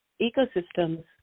ecosystems